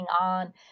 on